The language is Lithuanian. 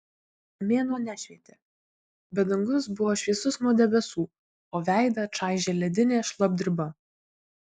mėnuo nešvietė bet dangus buvo šviesus nuo debesų o veidą čaižė ledinė šlapdriba